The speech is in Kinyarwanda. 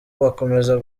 bakomeza